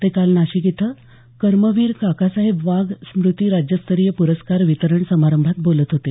ते काल नाशिक इथं कर्मवीर काकासाहेब वाघ स्मृती राज्यस्तरीय पुरस्कार वितरण समारंभात बोलत होते